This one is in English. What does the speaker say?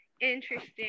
interesting